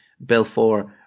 Belfort